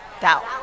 Doubt